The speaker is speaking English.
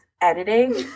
editing